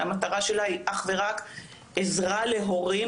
והמטרה שלה היא אך ורק עזרה להורים,